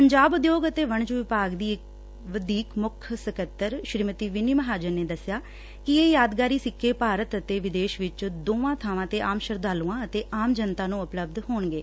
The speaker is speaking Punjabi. ਪੰਜਾਬ ਉਦਯੋਗ ਅਤੇ ਵਣਜ ਵਿਭਾਗ ਦੀ ਵਧੀਕ ਮੁੱਖ ਸਕੱਤਰ ਸ੍ੀਮਤੀ ਵਿਨੀ ਮਹਾਜਨ ਨੇ ਦੱਸਿਆ ਕਿ ਇਹ ਯਾਦਗਾਰੀ ਸਿੱਕੇ ਭਾਰਤ ਅਤੇ ਵਿਦੇਸ਼ ਵਿਚ ਦੋਵੇਂ ਬਾਵਾਂ ਤੇ ਆਮ ਸ਼ਰਧਾਲੂਆਂ ਅਤੇ ਆਮ ਜਨਤਾ ਨੂੰ ਉਪਲੱਬਧ ਹੋਣਗੇ